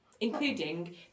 including